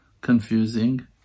confusing